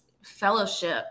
Fellowship